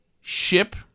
ship